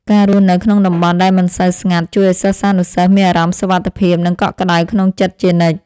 ការរស់នៅក្នុងតំបន់ដែលមិនសូវស្ងាត់ជួយឱ្យសិស្សានុសិស្សមានអារម្មណ៍សុវត្ថិភាពនិងកក់ក្តៅក្នុងចិត្តជានិច្ច។